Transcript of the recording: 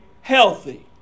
healthy